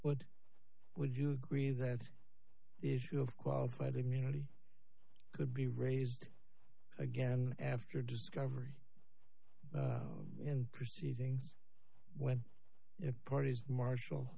what would you agree that the issue of qualified immunity could be raised again after discovery and proceedings when parties marshal